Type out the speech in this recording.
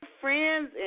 friends